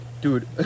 Dude